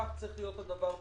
כך צריך להיות הדבר במירון.